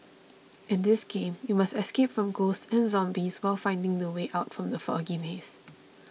in this game you must escape from ghosts and zombies while finding the way out from the foggy maze